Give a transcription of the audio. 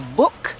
book